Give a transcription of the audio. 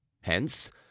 Hence